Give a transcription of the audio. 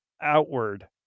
outward